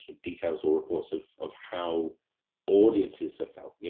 details or reports of of how audiences have felt, yeah